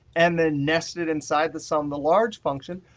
and then nested inside the sum, the large function,